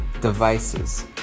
devices